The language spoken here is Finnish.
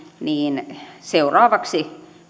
niin seuraavaksi